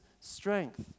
strength